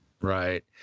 Right